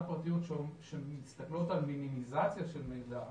הפרטיות שמסתכלות על מינימיזציה של מידע,